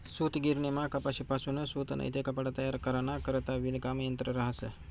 सूतगिरणीमा कपाशीपासून सूत नैते कपडा तयार कराना करता विणकाम यंत्र रहास